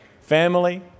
family